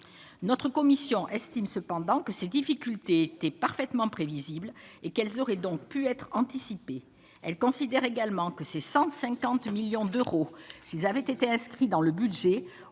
notre commission estime cependant que ces difficultés étaient parfaitement prévisible. Et qu'elles auraient donc pu être anticipé, elle considère également que ces 150 millions d'euros s'ils avaient été inscrits dans le budget